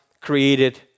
created